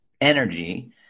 energy